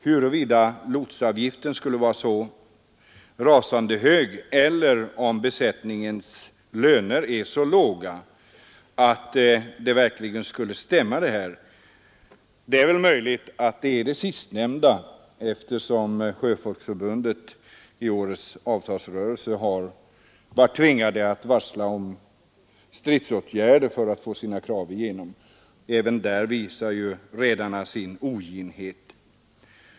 Skulle lotsavgiften vara så rasande hög eller är besättningens löner så låga att detta verkligen kan stämma? Det är möjligt att det sistnämnda är fallet, eftersom Sjöfolksförbundet i årets avtalsrörelse varit tvingat att varsla om stridsåtgärder för att få sina krav igenom. Även där visar redarna sin oginhet.